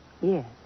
Yes